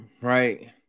right